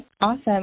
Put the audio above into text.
Awesome